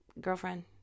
girlfriend